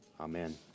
Amen